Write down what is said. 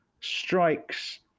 strikes